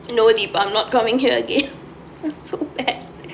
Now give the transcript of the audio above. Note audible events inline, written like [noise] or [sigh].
no deepa I'm not coming here again [laughs] it was so bad